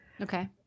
okay